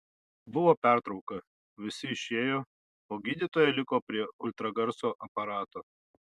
buvo pertrauka visi išėjo o gydytoja liko prie ultragarso aparato